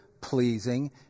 Pleasing